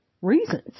reasons